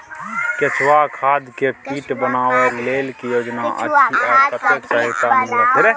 केचुआ खाद के पीट बनाबै लेल की योजना अछि आ कतेक सहायता मिलत?